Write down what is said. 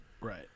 Right